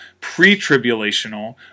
pre-tribulational